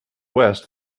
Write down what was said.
west